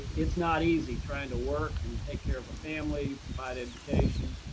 it's not easy trying to work and take care of a family, provide education,